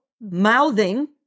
Mouthing